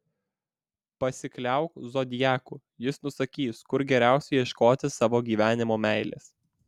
pasikliauk zodiaku jis nusakys kur geriausia ieškoti savo gyvenimo meilės